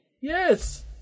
Yes